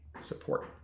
support